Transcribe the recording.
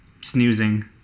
snoozing